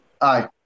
aye